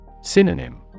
Synonym